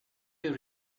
you